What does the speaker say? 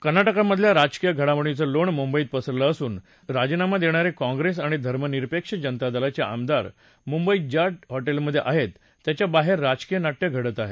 कर्नाटकमधल्या राजकीय घडामोडींचं लोण मुंबईत पसरलं असून राजीनामा देणारे काँप्रेस आणि धर्मनिरपेक्ष जनता दलाचे आमदार मुंबईत ज्या हॉटेलमधे आहेत त्याच्या बाहेर राजकीय नाट्य घडत आहे